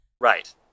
Right